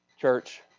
Church